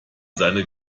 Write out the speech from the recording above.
seine